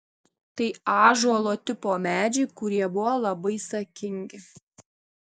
tai ąžuolo tipo medžiai kurie buvo labai sakingi